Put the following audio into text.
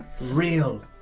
real